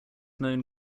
known